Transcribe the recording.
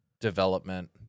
development